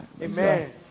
Amen